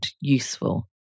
useful